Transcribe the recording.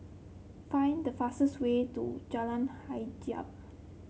find the fastest way to Jalan Hajijah